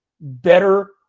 better